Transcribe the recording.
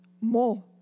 more